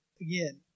again